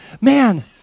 man